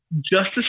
justice